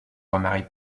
remarie